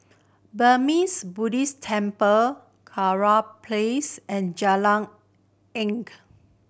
Burmese Buddhist Temple Kurau Place and Jalan Ink